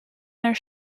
their